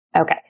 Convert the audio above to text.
Okay